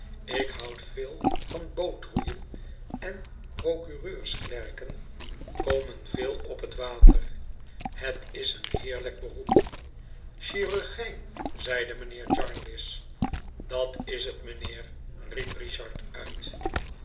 ik houd veel van bootroeien en procureursklerkeri komen veel op het water het is een heerlijk beroep chirurgijn zeide mijnheer jarndyce dat is het mijnheer riep richard uit